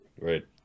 Right